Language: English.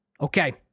Okay